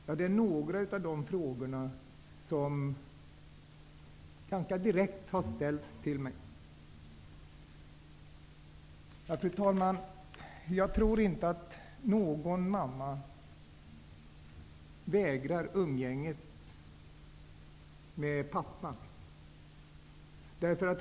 Ja, det är några av de frågor som ganska direkt har ställts till mig. Fru talman! Jag tror inte att någon mamma vägrar att tillåta umgänget med pappan.